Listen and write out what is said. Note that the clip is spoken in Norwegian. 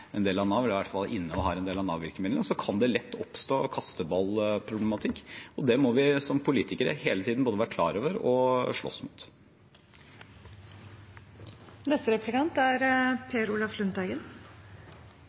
en del av Nav, eller i alle fall innehar en del av Nav-virkemidlene kan det lett oppstå kasteballproblematikk. Det må vi som politikere hele tiden både være klar over og slåss